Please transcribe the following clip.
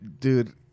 dude